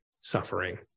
suffering